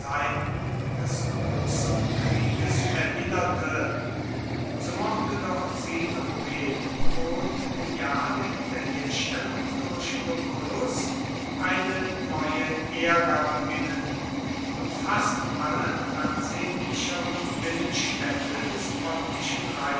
des großen krieges erinnerte so mochte doch sinope wohl mit dem jahr der wiederherstellung durch lucullus eine neue ära beginnen und fast alle ansehnlicheren binnenstädte des